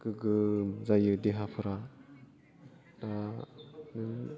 गोग्गो जायो देहाफोरा